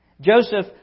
Joseph